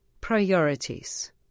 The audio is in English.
priorities